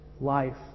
Life